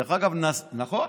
נכון.